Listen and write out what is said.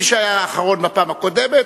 מי שהיה אחרון בפעם הקודמת,